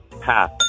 Path